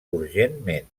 urgentment